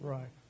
Right